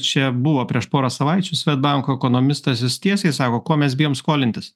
čia buvo prieš porą savaičių svedbanko ekonomistas jis tiesiai sako ko mes bijom skolintis